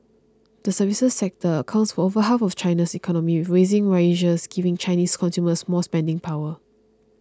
the services sector accounts for over half of China's economy with rising wages giving Chinese consumers more spending power